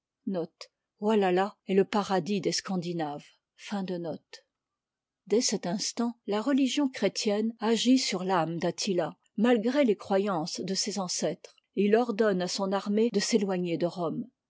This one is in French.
dès cet instant la religion chrétienne agit sur âme d'attila malgré les croyances de ses ancêtres et il ordonne à son armée de s'éloigner de rome